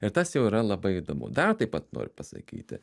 ir tas jau yra labai įdomu dar taip pat noriu pasakyti